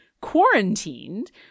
quarantined